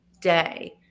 day